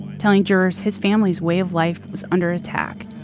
telling jurors his family's way of life was under attack.